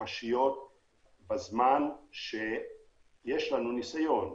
מוחשיות בתקופת הזמן שיש לנו ניסיון,